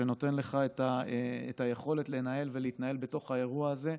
שנותן לך את היכולת לנהל ולהתנהל בתוך האירוע הזה,